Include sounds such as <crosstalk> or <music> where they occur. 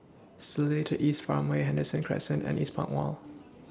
Seletar East Farmway Henderson Crescent and Eastpoint Mall <noise>